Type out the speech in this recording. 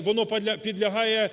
воно підлягає